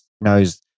knows